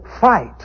fight